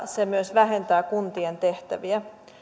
se myös vähentää kuntien tehtäviä